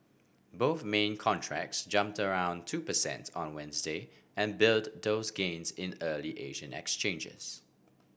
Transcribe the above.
both main contracts jumped around two percent on Wednesday and built those gains in early Asian exchanges